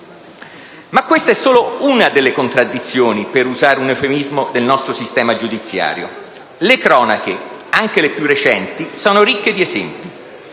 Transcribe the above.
Ma questa è solo una delle contraddizioni - per usare un eufemismo - del nostro sistema giudiziario. Le cronache, anche le più recenti, sono ricche di esempi: